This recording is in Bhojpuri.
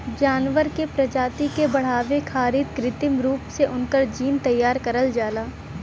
जानवर के प्रजाति के बढ़ावे खारित कृत्रिम रूप से उनकर जीन तैयार करल जाला